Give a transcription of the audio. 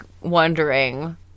wondering